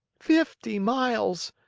fifty miles?